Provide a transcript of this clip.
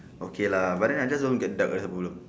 okay lah but then I just don't get dark that's the problem